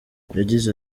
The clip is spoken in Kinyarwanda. yagize